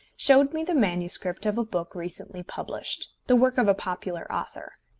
showed me the manuscript of a book recently published the work of a popular author.